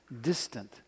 distant